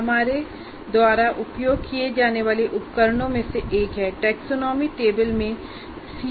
हमारे द्वारा उपयोग किए जाने वाले उपकरणों में से एक है टैक्सोनॉमी टेबल में सीओ का पता लगाना